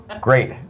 Great